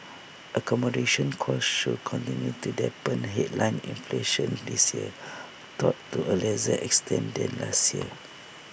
accommodation costs should continue to dampen headline inflation this year though to A lesser extent than last year